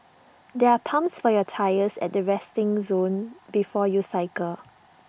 there are pumps for your tyres at the resting zone before you cycle